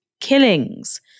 killings